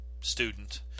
student